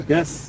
Yes